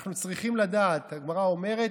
אנחנו צריכים לדעת: הגמרא אומרת: